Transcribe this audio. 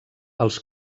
els